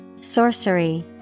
Sorcery